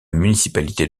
municipalité